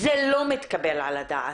זה לא מתקבל על הדעת.